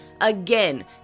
Again